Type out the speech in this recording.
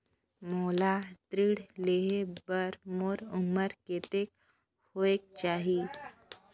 मोला ऋण लेहे बार मोर उमर कतेक होवेक चाही?